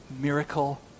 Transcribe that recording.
miracle